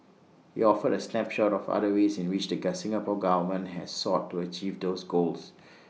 he offered A snapshot of other ways in which the get Singapore Government has sought to achieve those goals